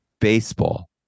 Baseball